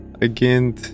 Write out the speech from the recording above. again